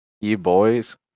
e-boys